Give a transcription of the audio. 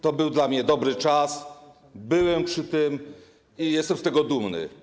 To był dla mnie dobry czas, byłem przy tym i jestem z tego dumny.